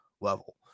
Level